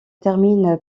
termine